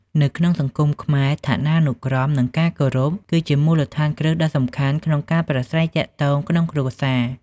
នៅក្នុងសង្គមខ្មែរ ឋានានុក្រម និងការគោរព គឺជាមូលដ្ឋានគ្រឹះដ៏សំខាន់ក្នុងការប្រាស្រ័យទាក់ទងក្នុងគ្រួសារ។